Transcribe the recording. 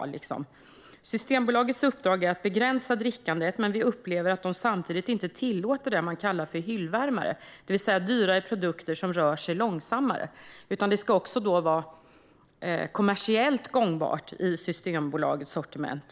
De fortsätter: Systembolagets uppdrag är att begränsa drickandet, men vi upplever att de samtidigt inte tillåter det man kallar för hyllvärmare, det vill säga dyrare produkter som rör sig långsammare. Det ska alltså också vara kommersiellt gångbart i Systembolagets sortiment.